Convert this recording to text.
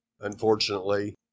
unfortunately